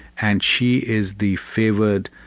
and she is the favoured,